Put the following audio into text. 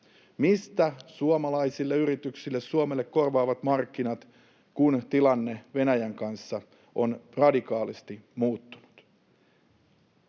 mistä suomalaisille yrityksille, Suomelle korvaavat markkinat, kun tilanne Venäjän kanssa on radikaalisti muuttunut?